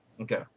Okay